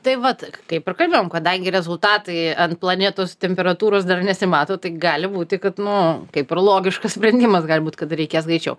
tai vat kaip ir kalbėjom kadangi rezultatai ant planetos temperatūros dar nesimato tai gali būti kad nu kaip ir logiškas sprendimas gali būt kad reikės greičiau